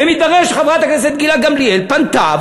ומתברר שחברת הכנסת גילה גמליאל פנתה,